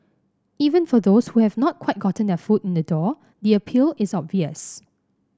even for those who have not quite gotten their foot in the door the appeal is obvious